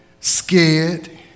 scared